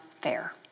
fair